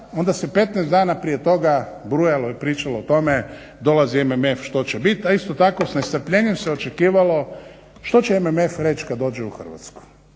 onda se 15 dana prije toga brujalo i pričalo o tome dolazi MMF što će biti, a isto tako s nestrpljenjem se očekivalo što će MMF reći kada dođe u Hrvatsku.